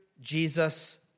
Jesus